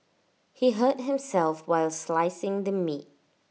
he hurt himself while slicing the meat